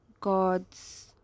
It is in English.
God's